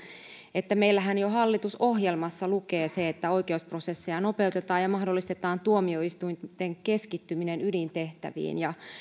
että meillähän jo hallitusohjelmassa lukee se että oikeusprosesseja nopeutetaan ja mahdollistetaan tuomioistuinten keskittyminen ydintehtäviin ja